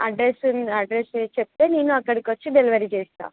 address address చెప్తే నేను అక్కడికి వచ్చి డెలివరీ చేస్తాను